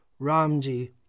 Ramji